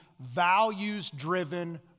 values-driven